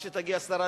עד שתגיע השרה,